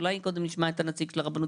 אולי קודם נשמע את נציג הרבנות.